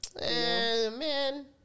man